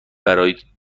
برای